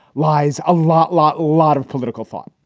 lies a lot, lot, lot of political thought.